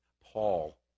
Paul